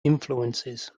influences